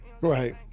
Right